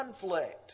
conflict